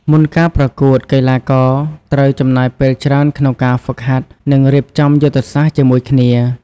មុនការប្រកួត កីឡាករត្រូវចំណាយពេលច្រើនក្នុងការហ្វឹកហាត់ និងរៀបចំយុទ្ធសាស្ត្រជាមួយគ្នា។